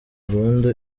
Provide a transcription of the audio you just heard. burundu